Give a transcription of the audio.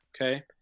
Okay